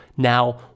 Now